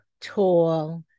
tall